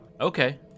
okay